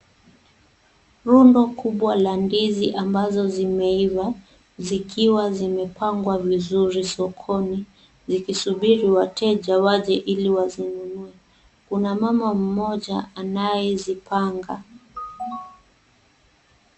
Rundo kubwa la ndizi ambazo zimeiva zikiwa zimepangwa vizuri sokoni zikisubiri wateja waje ili wazinunue. Kuna mama mmoja anayezipanga.